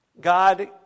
God